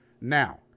Now